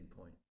point